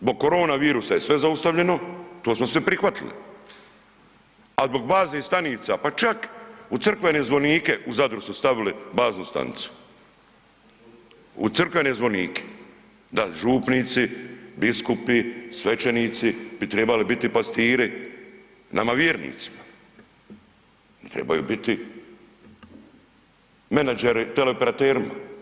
Zbog korona virusa je sve zaustavljeno, to smo svi prihvatili, a zbog baznih stanica pa čak u crkvene zvonike u Zadru su stavili baznu stanicu, u crkvene zvonike da župnici, biskupi, svećenici bi tribali biti pastiri nama vjernicima, trebaju biti menadžeri teleoperaterima.